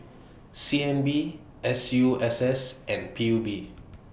C N B S U S S and P U B